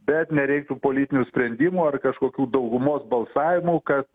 bet nereiktų politinių sprendimų ar kažkokių daugumos balsavimų kad